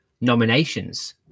nominations